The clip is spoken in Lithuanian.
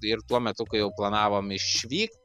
ir tuo metu kai jau planavom išvykt